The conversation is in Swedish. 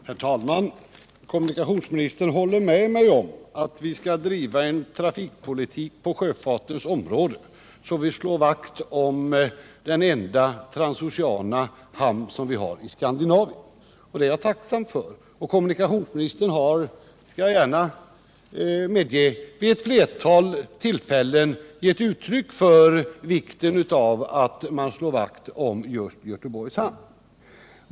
Herr talman! Kommunikationsministern håller med mig om att vi skall driva en trafikpolitik på sjöfartens område som gör att vi slår vakt om den enda transoceana hamn vi har i Skandinavien. Detta är jag tacksam för. Kommunikationsministern har — det skall jag gärna medge — vid ett flertal tillfällen gett uttryck för vikten av att vi slår vakt om just Göteborgs hamn.